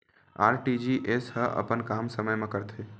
RTGS ह अपन काम समय मा करथे?